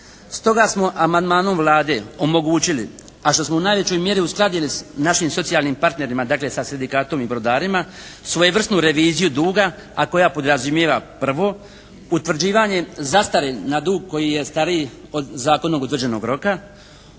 Stoga smo amandmanom Vlade omogućili, a što smo u najvećoj mjeri uskladili sa našim socijalnim partnerima, dakle sa sindikatom i brodarima svojevrsnu reviziju duga a koja podrazumijeva prvo, utvrđivanje zastare na dug koji je stariji od zakonom utvrđenog roka.